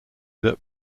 that